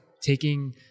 taking